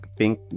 pink